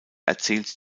erzählt